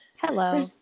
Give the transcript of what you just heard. Hello